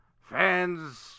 fans